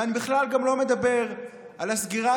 ואני בכלל לא מדבר על המיזם שנסגר,